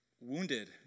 wounded